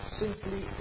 simply